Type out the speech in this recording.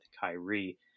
Kyrie